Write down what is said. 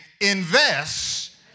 invest